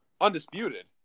undisputed